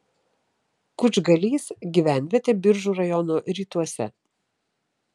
kučgalys gyvenvietė biržų rajono rytuose